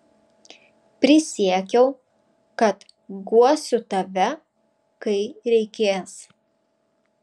prisiekiau kad guosiu tave kai reikės